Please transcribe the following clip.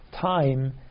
time